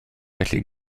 felly